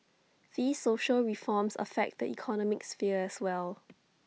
these social reforms affect the economic sphere as well